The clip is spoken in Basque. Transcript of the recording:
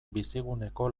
biciguneko